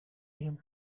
him